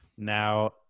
Now